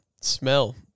smell